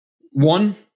one